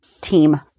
team